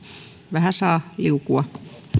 vähän saa liukua